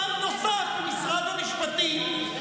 שר נוסף במשרד המשפטים,